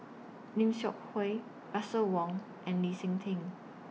Lim Seok Hui Russel Wong and Lee Seng Tee